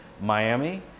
Miami